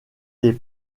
des